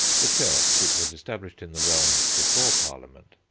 the church, which was established in the realm before parliament,